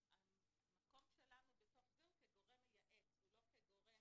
המקום שלנו בתוך זה הוא כגורם מייעץ ולא כגורם